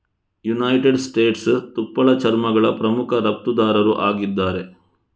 United States ತುಪ್ಪಳ ಚರ್ಮಗಳ ಪ್ರಮುಖ ರಫ್ತುದಾರರು ಆಗಿದ್ದಾರೆ